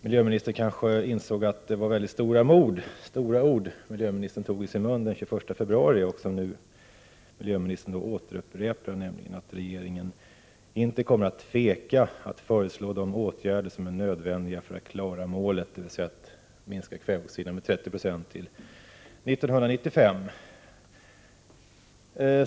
Miljöministern kanske insåg att det var väldigt stora ord hon tog i sin mun den 21 februari och som hon nu upprepar, nämligen att regeringen inte kommer att tveka att föreslå de åtgärder som är nödvändiga för att man skall klara målet, dvs. att minska kväveoxidutsläppen med 30 9 till 1995.